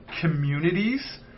communities